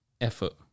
effort